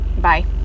Bye